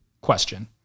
question